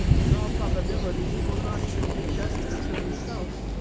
in all probability he will not even do justice to himself.